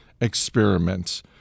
experiments